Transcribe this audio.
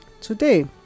today